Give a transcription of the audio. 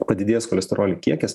padidėjęs cholesterolio kiekis